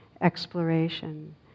exploration